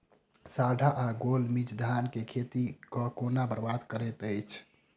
साढ़ा या गौल मीज धान केँ खेती कऽ केना बरबाद करैत अछि?